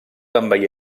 envair